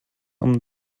amb